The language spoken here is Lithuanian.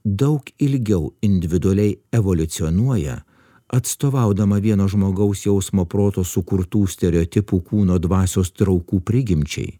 daug ilgiau individualiai evoliucionuoja atstovaudama vieno žmogaus jausmo proto sukurtų stereotipų kūno dvasios traukų prigimčiai